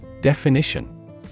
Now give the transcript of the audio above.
Definition